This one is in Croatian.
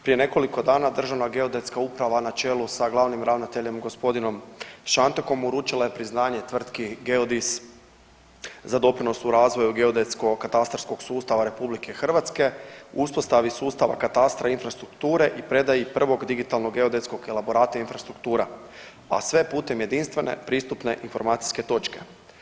Prije nekoliko dana Državna geodetska uprava na čelu sa glavnim ravnateljem gospodinom Šantekom uručila je priznanje tvrtki Geodis za doprinos u razvoju geodetsko-katastarskog sustava Republike Hrvatske, uspostavi sustava katastra infrastrukture i predaji prvog digitalnog geodetskog elaborata infrastruktura, a sve putem jedinstvene pristupne informacijske točke.